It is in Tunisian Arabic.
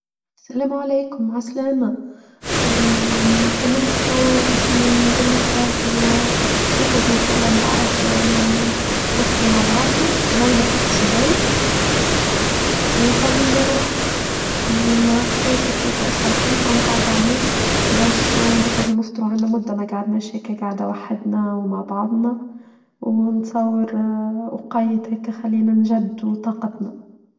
السلام عليكم عسلامة تكلمتك طبعا باش نقولك راه باش نخرج ان شاء الله نبعد نفطرو مع بعضنا هوي نحط في بالك وفضي لي روحك مع حكايتك انت عم تعد عليك باش نخرج ونفطرو عنا مدة ما قعد مش هيك قعدة وحدنا ومع بعضنا ونتصور وقايد هيك خلينا نجدو طاقتنا.